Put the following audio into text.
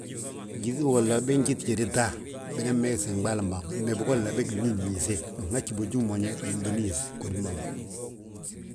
Gyíŧi bogolla bég njéti jédr ta binan megesi nɓaalim bàa ma. Mee bigolla bégi nníisniise binhaji boji umoñe binan to níis ghódim bàa ma.